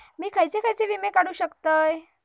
मी खयचे खयचे विमे काढू शकतय?